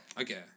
Okay